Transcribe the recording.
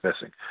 missing